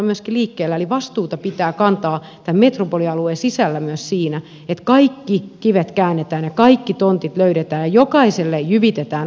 eli vastuuta pitää kantaa tämän metropolialueen sisällä myös siinä että kaikki kivet käännetään ja kaikki tontit löydetään jokaiselle jyvitetään oma vastuunsa